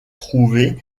trouver